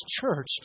church